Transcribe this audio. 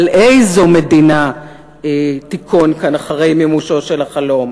איזו מדינה תיכון כאן אחרי מימושו של החלום,